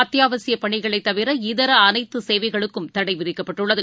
அத்தியாவசியபணிகளைதவிர இதரஅனைத்துசேவைகளுக்கும் தடைவிதிக்கப்பட்டுள்ளது